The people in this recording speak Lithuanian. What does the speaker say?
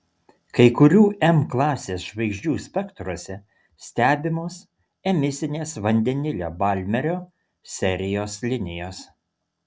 kai kurių m klasės žvaigždžių spektruose stebimos emisinės vandenilio balmerio serijos linijos